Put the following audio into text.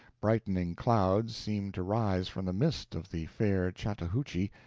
brightening clouds seemed to rise from the mist of the fair chattahoochee,